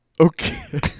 Okay